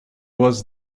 was